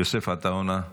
יוסף עטאונה,